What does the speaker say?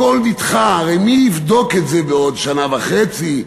הכול נדחה, הרי מי יבדוק את זה בעוד שנה וחצי?